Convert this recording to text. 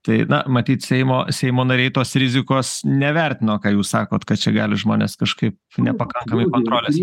tai na matyt seimo seimo nariai tos rizikos nevertino ką jūs sakot kad čia gali žmonės kažkaip nepakankamai kontrolės